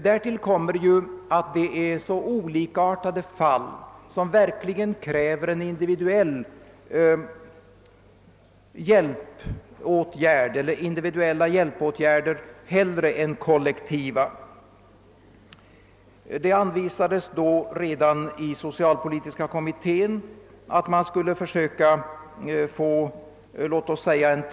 Fallen är dessutom så olikartade att individuella hjälpåtgärder är att föredraga framför kollektiva. Den socialpolitiska kommittén ansåg att hjälpåtgärderna kunde så att säga tredelas.